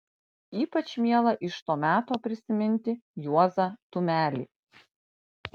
ypač miela iš to meto prisiminti juozą tumelį